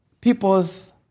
people's